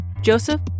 Joseph